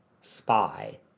Spy